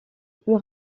plus